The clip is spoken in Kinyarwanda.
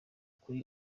kuri